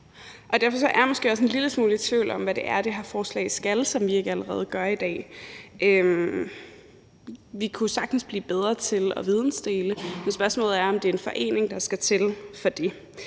Derfor er jeg måske også en lille smule i tvivl om, hvad det er, det her forslag skal, som vi ikke allerede gør i dag. Vi kunne sagtens blive bedre til at vidensdele, men spørgsmålet er, om det er en forening, der skal til for det.